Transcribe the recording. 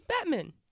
Batman